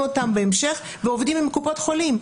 אותם בהמשך ועובדים עם קופות החולים.